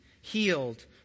healed